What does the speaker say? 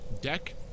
deck